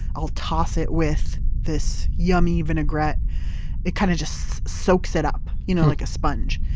i'll toss it with this yummy vinaigrette it kind of just soaks it up you know like a sponge.